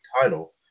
title